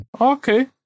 Okay